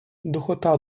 духота